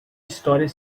história